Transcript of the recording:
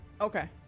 Okay